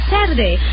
Saturday